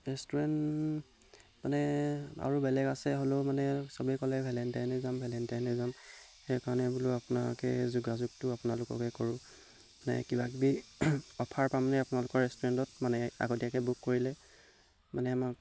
restaurant মানে আৰু বেলেগ আছে হ'লেও মানে চবেই ক'লে ভেলেণ্টাইনে যাম ভেলেণ্টাইনে যাম সেইকাৰণে বোলো আপোনাকে যোগাযোগটো আপোনালোককে কৰোঁ মানে কিবাকিবি অফাৰ পামনে আপোনালোকৰ ৰেষ্টুৰেণ্টত মানে আগতীয়াকৈ বুক কৰিলে মানে আমাক